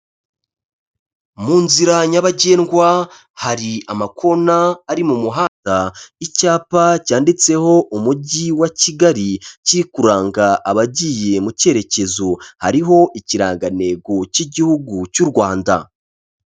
Mu nzira nyabagendwa hari amakona ari mu muhanda, icyapa cyanditseho umujyi wa Kigali kiri kuranga abagiye mu cyerekezo, hariho ikirangantego cy'igihugu cy'u Rwanda.